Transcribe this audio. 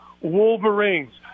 Wolverines